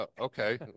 Okay